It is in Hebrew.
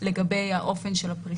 זה מתואם מול המנכ"ל וזה באישור של השר.